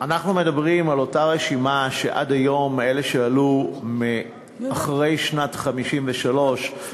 אנחנו מדברים על אותה רשימה שעד היום אלה שעלו אחרי שנת 1953 לא,